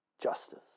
justice